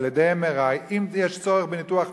על-ידי MRI. אם יש צורך בניתוח מקומי,